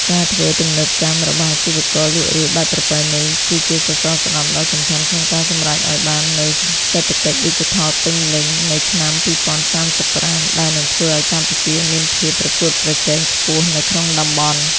ការធ្វើទំនើបកម្មរបស់អាជីវករលក់រាយបែបប្រពៃណី គឺជាសសរស្តម្ភដ៏សំខាន់ក្នុងការសម្រេចឱ្យបាននូវ សេដ្ឋកិច្ចឌីជីថលពេញលេញ នៅឆ្នាំ ២០៣៥ ដែលនឹងធ្វើឱ្យកម្ពុជាមានភាពប្រកួតប្រជែងខ្ពស់នៅក្នុងតំបន់។